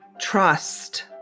trust